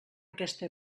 aquesta